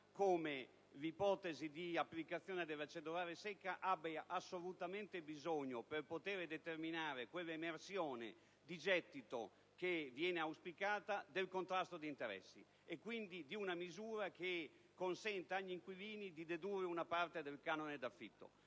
come l'ipotesi di applicazione della cedolare secca abbia assolutamente bisogno, per determinare l'emersione di gettito auspicata, del contrasto d'interessi e quindi di una misura che consenta agli inquilini di dedurre una parte del canone d'affitto.